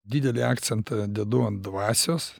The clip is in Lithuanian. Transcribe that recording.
didelį akcentą dedu ant dvasios